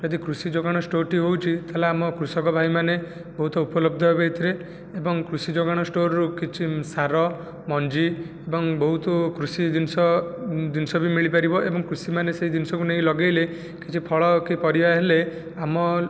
ଯଦି କୃଷି ଯୋଗାଣ ଷ୍ଟୋର୍ଟି ହେଉଛି ତା'ହେଲେ ଆମେ କୃଷକ ଭାଇମାନେ ବହୁତ ଉପଲବ୍ଧ ହେବେ ଏଥିରେ ଏବଂ କୃଷି ଯୋଗାଣ ଷ୍ଟୋର୍ରୁ କିଛି ସାର ମଞ୍ଜି ଏବଂ ବହୁତ କୃଷି ଜିନିଷ ଜିନିଷ ବି ମିଳିପାରିବ ଏବଂ କୃଷିମାନେ ସେହି ଜିନିଷକୁ ନେଇ ଲଗାଇଲେ କିଛି ଫଳ କି ପରିବା ହେଲେ ଆମ